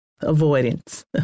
Avoidance